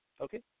okay